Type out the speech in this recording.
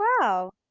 Wow